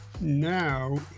Now